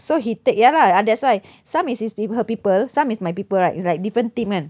so he take ya lah ah that's why some is his people her people some is my people right it's like different team kan